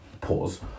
pause